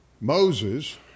Moses